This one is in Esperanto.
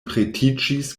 pretiĝis